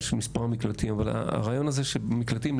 של מספר מקלטים אבל הרעיון הזה של מקלטים,